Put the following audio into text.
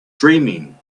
dreaming